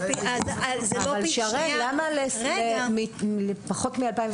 אבל למה פחות מ-2016?